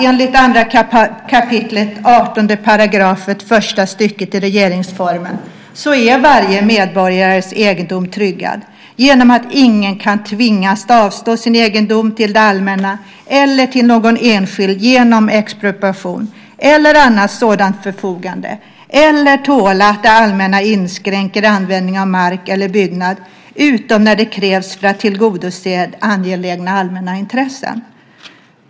Enligt 2 kap. 18 § första stycket i regeringsformen är varje medborgares egendom tryggad genom att ingen kan tvingas avstå sin egendom till det allmänna eller till någon enskild genom expropriation eller annat sådant förfogande eller tåla att det allmänna inskränker användningen av mark eller byggnad utom när det krävs för att tillgodose angelägna allmänna intressen.